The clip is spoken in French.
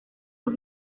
aux